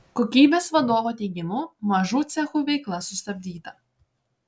kokybės vadovo teigimu mažų cechų veikla sustabdyta